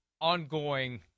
ongoing